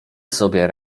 sobie